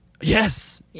Yes